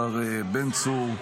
השר בן צור,